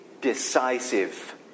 decisive